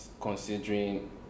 considering